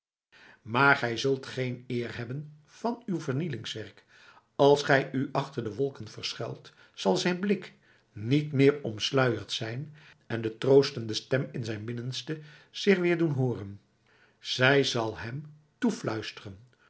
maar gij zult geen eer hebben van uw vernielingswerk als gij u achter de wolken verschuilt zal zijn blik niet meer omsluierd zijn en de troostende stem in zijn binnenste zich weer doen hooren zij zal hem toefluisteren